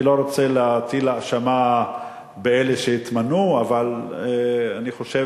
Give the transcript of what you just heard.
אני לא רוצה להטיל אשמה באלה שנתמנו, אבל מתוך